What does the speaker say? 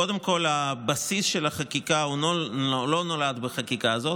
קודם כול, הבסיס של החקיקה לא נולד בחקיקה הזאת.